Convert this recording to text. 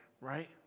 right